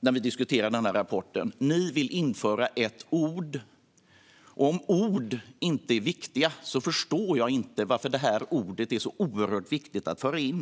när vi diskuterar rapporten. Ni vill införa ett ord. Om ord inte är viktiga förstår jag inte varför detta ord är så oerhört viktigt att föra in.